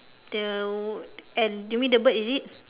the and you mean the bird is it